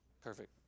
Perfect